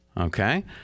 Okay